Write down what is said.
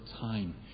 time